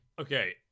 okay